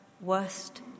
worst